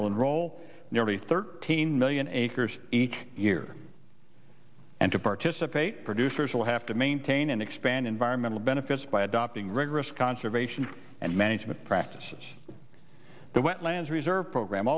enroll nearly thirteen million acres each year and to participate producers will have to maintain and expand in byron mental benefits by adopting rigorous conservation and management practices the wetlands reserve program